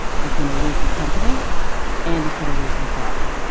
he's going to lose his company and he's going to lose his daughter.